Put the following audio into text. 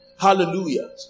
Hallelujah